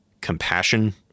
compassion